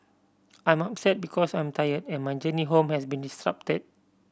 I'm upset because I'm tire and my journey home has been disrupted